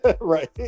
Right